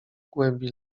głębi